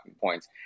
points